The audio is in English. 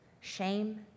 shame